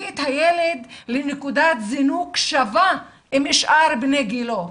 את הילד לנקודת זינוק שווה עם שאר בני גילו.